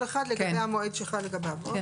כל אחד לגבי המועד שחל לגביו.